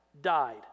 died